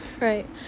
right